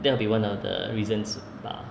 that will be one of the reasons bah